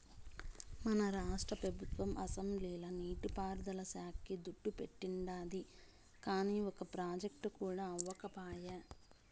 మన రాష్ట్ర పెబుత్వం అసెంబ్లీల నీటి పారుదల శాక్కి దుడ్డు పెట్టానండాది, కానీ ఒక ప్రాజెక్టు అవ్యకపాయె